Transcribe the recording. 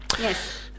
Yes